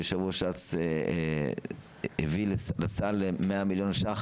יושב ראש ש"ס הביא לסל 100 מיליון שקלים